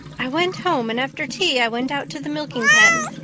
i went home and after tea i went out to the milking pen.